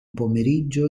pomeriggio